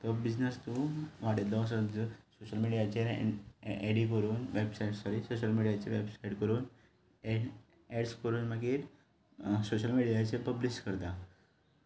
तो बिजनेस तूं वाडयतलो जर तर सोशल मिडियाचेर एडी बरोन वेबसायट सॉरी सोशल मिडियाचेर वेबसायट करून एर्स एड्स करून मागीर सोशल मिडियाचेर पब्लीश करता